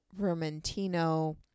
Vermentino